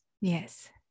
Yes